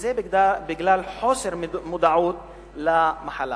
וזה בגלל חוסר מודעות למחלה.